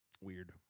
Weird